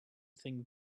thinged